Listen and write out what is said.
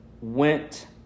went